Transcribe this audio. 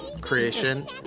creation